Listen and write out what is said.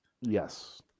Yes